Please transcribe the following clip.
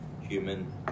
human